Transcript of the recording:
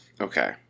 Okay